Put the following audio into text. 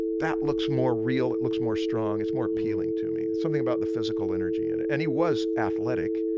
that looks more real, it looks more strong, it's more appealing to me, something about the physical energy in and it. and he was athletic,